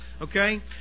Okay